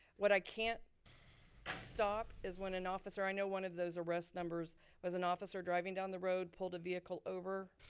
what i can't stop, is when an officer, i know one of those arrest numbers was an officer driving down the road, pulled a vehicle over